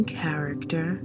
character